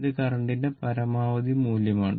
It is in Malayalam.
ഇത് കറന്റിന്റെ പരമാവധി മൂല്യമാണ്